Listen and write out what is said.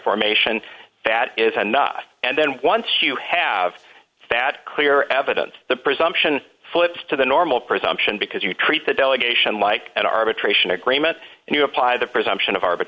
formation that is enough and then once you have that clear evidence the presumption flips to the normal presumption because you treat the delegation like an arbitration agreement and you apply the presumption of